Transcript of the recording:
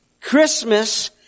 Christmas